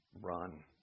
run